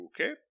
okay